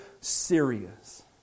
serious